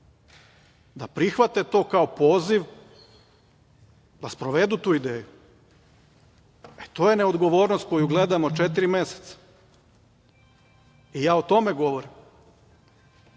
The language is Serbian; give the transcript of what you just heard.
da prihvate to kao poziv da sprovedu tu ideju. E, to je neodgovornost koju gledamo četiri meseca. Ja o tome govorim. Ne